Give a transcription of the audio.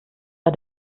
war